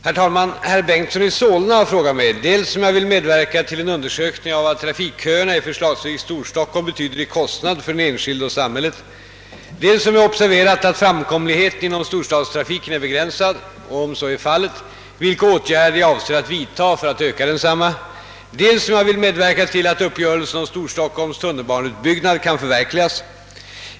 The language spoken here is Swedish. Herr talman! Herr Bengtson i Solna har frågat mig dels om jag vill medverka till en undersökning av vad trafikköerna i förslagsvis Storstockholm betyder i kostnad för den enskilde och samhället, dels om jag observerat att framkomligheten inom storstadstrafiken är begränsad och, om så är fallet, vilka åtgärder jag avser att vidta för att öka densamma, dels om jag vill medverka till att uppgörelsen om Storstockholms tunnelbaneutbyggnad kan förverkligas.